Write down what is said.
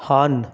on